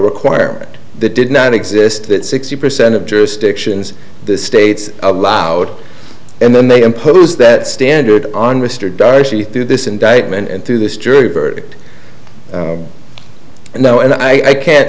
requirement that did not exist that sixty percent of jurisdictions the state's allowed and then they impose that standard on mr daschle through this indictment and through this jury verdict now and i can